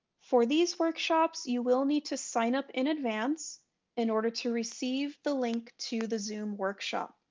for these workshops you will need to sign up in advance in order to receive the link to the zoom workshop.